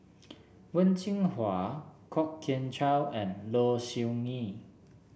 Wen Jinhua Kwok Kian Chow and Low Siew Nghee